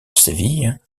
séville